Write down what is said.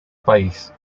país